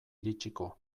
iritsiko